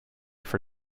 for